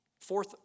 Fourth